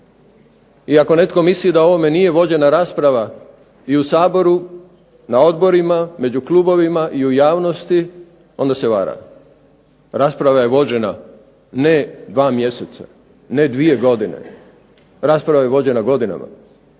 I ako netko misli da o ovome nije vođena rasprava i u Saboru na odborima, među klubovima i u javnosti onda se vara. Rasprava je vođena ne 2 mjeseca, ne 2 godine. Rasprava je vođena godinama.